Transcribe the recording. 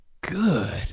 good